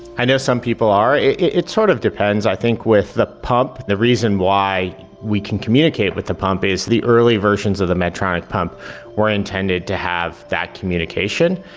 i know some people are. it's sort of depends i think with the pump. the reason why we can communicate with the pump is the early versions of the medtronic pump were intended to have that communication.